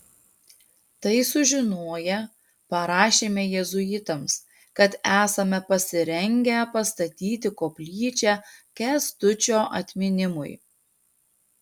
tai sužinoję parašėme jėzuitams kad esame pasirengę pastatyti koplyčią kęstučio atminimui